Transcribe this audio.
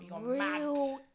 real